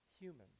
human